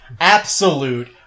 absolute